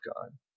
God